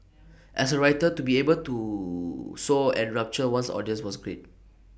as A writer to be able to so enrapture one's audience was great